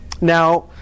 Now